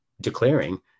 declaring